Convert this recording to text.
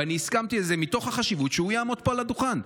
ואני הסכמתי לזה מתוך החשיבות שהוא יעמוד פה על הדוכן.